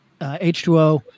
H2O